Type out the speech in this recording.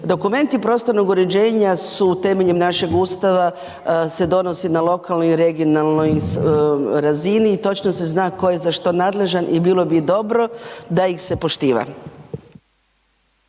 Dokumenti prostornog uređenja su temeljem našeg Ustava se donose na lokalnoj i regionalnoj razini i točno se zna ko je za što nadležan i bilo bi dobro da ih se poštiva.